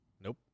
nope